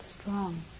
strong